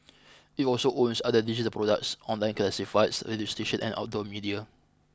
it also owns other digital products online classifieds radio stations and outdoor media